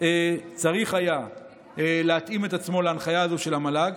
היה צריך להתאים את עצמו להנחיה הזו של המל"ג.